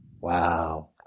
Wow